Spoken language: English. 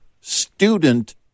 student